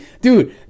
Dude